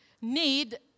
need